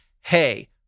hey